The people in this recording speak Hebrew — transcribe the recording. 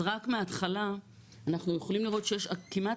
אז רק מההתחלה אנחנו יכולים לראות שכמעט